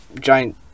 giant